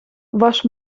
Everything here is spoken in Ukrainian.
ваш